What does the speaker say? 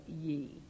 ye